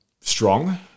strong